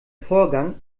vorgang